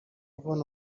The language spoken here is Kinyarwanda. von